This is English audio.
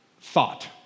thought